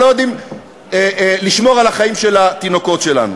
אבל לא יודעים לשמור על החיים של התינוקות שלנו.